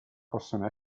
possono